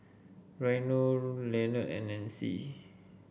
Reino Lenard and Nancy